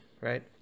right